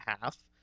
half